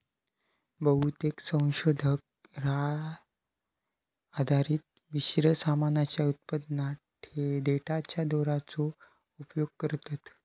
बहुतेक संशोधक राळ आधारित मिश्र सामानाच्या उत्पादनात देठाच्या दोराचो उपयोग करतत